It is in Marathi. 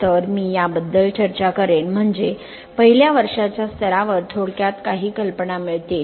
तर मी याबद्दल चर्चा करेन म्हणजे पहिल्या वर्षाच्या स्तरावर थोडक्यात काही कल्पना मिळतील